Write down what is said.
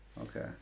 Okay